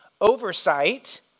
oversight